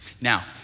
Now